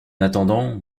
attendant